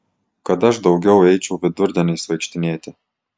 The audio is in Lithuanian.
kad aš daugiau eičiau vidurdieniais vaikštinėti